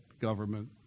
government